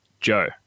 Joe